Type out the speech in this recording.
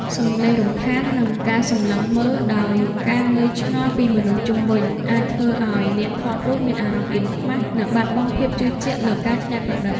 សំឡេងរំខាន និងការសម្លឹងមើលដោយការងឿងឆ្ងល់ពីមនុស្សជុំវិញ អាចធ្វើឱ្យអ្នកថតរូបមានអារម្មណ៍អៀនខ្មាស និងបាត់បង់ភាពជឿជាក់លើការច្នៃប្រឌិត។